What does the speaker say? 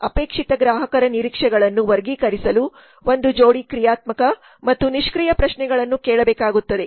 ಅಪೇಕ್ಷಿತ ಗ್ರಾಹಕರ ನಿರೀಕ್ಷೆಗಳನ್ನು ವರ್ಗೀಕರಿಸಲು ಒಂದು ಜೋಡಿ ಕ್ರಿಯಾತ್ಮಕ ಮತ್ತು ನಿಷ್ಕ್ರಿಯ ಪ್ರಶ್ನೆಗಳನ್ನು ಕೇಳಬೇಕಾಗುತ್ತದೆ